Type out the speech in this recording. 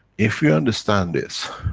if you understand this,